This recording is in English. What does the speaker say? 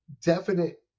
definite